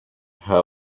how